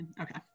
Okay